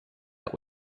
out